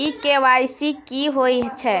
इ के.वाई.सी की होय छै?